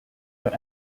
were